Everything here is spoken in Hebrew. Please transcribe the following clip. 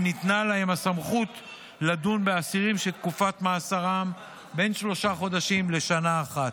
וניתנה לה הסמכות לדון באסירים שתקופת מאסרם בין שלושה חודשים לשנה אחת.